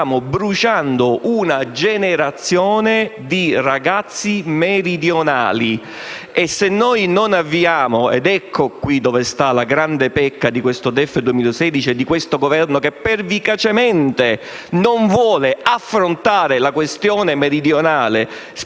stiamo bruciando una generazione di ragazzi meridionali e non ne usciremo se non variamo - ecco dove sta la grande pecca del DEF 2016 e di questo Governo, che pervicacemente non vuole affrontare la questione meridionale specialmente